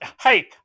Hey